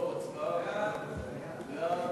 סעיפים 1 2 נתקבלו.